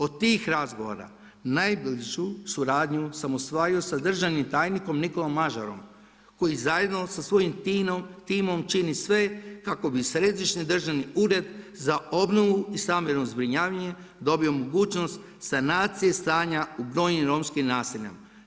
Od tih razgovora najbližu suradnju sam ostvario sa državnim tajnikom Nikolom Mađarom koji zajedno sa svojim timom čini sve kako bi Središnji državni ured za obnovu i stambeno zbrinjavanje dobio mogućnost sanacije stanja u brojnim romskim naseljima.